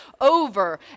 Over